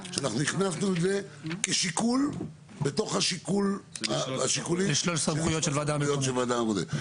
אנחנו הכנסנו את זה כשיקול בתוך השיקולים של הוועדה המקומית.